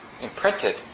imprinted